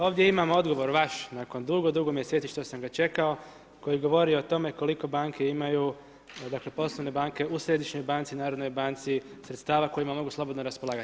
Ovdje imam odgovor vaš nakon dugo, dugo mjeseci što sam ga čekao koji govori o tome koliko banke imaju, dakle poslovne banke u središnjoj banci, Narodnoj banci sredstava kojima mogu slobodno raspolagat.